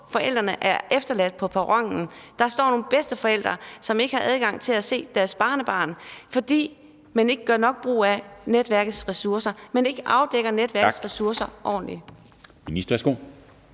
forældrene efterladt tilbage på perronen, og der står nogle bedsteforældre, som ikke har adgang til at se deres barnebarn, fordi man ikke gør nok brug af netværkets ressourcer, fordi man ikke afdækker netværkets ressourcer ordentligt.